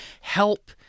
help